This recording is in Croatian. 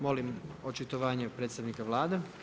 Molim očitovanje predstavnika Vlade.